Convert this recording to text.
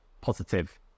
positive